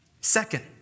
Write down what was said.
Second